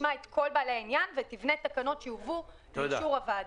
שתשמע את כל בעלי העניין ותבנה תקנות שיובאו לאישור הוועדה.